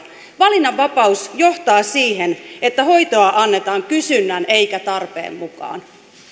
valinnanvapaus johtaa siihen että hoitoa annetaan kysynnän eikä tarpeen mukaan